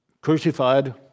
crucified